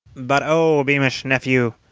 but oh, beamish nephew,